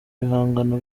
ibihangano